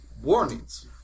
warnings